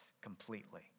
completely